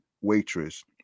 Waitress